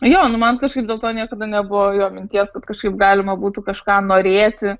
jo nu man kažkaip dėl to niekada nebuvo jo minties kad kažkaip galima būtų kažką norėti